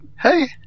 hey